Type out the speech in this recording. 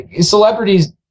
celebrities